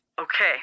Okay